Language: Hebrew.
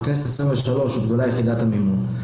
בכנסת העשרים ושלוש הוגדלה יחידת המימון.